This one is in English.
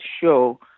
show